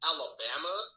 Alabama